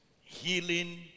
healing